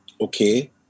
okay